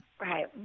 Right